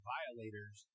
Violators